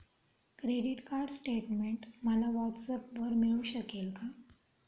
Credit card statement मला व्हॉट्सऍपवर मिळू शकेल का?